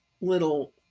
little